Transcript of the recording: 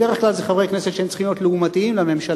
בדרך כלל זה חברי כנסת שהם צריכים להיות לעומתיים לממשלה.